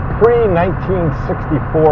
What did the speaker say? pre-1964